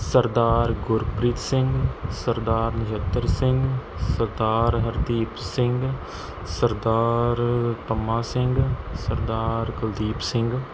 Sardar Gurpreet Singh Sardar Nachhattar Singh Sardar Hardeep Singh Sardar Pamma Singh Sardar Kuldeep Singh